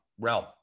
realm